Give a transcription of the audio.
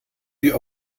die